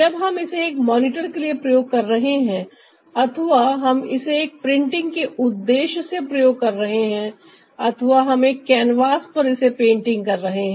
जब हम इसे एक मॉनिटर के लिए प्रयोग कर रहे हैं अथवा हम इसे एक प्रिंटिंग के उद्देश्य से प्रयोग कर रहे हैं अथवा हम एक कैनवास पर इसे पेंटिंग कर रहे हैं